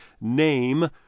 name